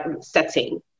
setting